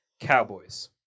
Cowboys